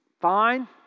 Fine